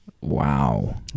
Wow